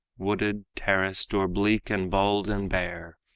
wooded, terraced, or bleak and bald and bare,